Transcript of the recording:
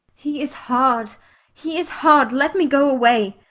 he is hard he is hard. let me go away.